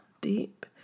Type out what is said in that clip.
deep